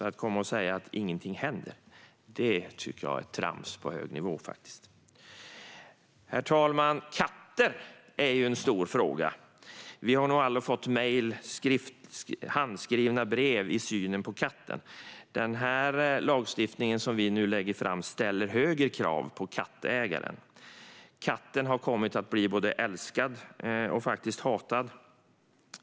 Att komma och säga att ingenting händer tycker jag därför är trams på hög nivå. Herr talman! Katter är en stor fråga. Vi har nog alla fått mejl och handskrivna brev som gäller synen på katten. Den lagstiftning som vi nu lägger fram ställer högre krav på kattägaren. Katten har kommit att bli både älskad och faktiskt hatad.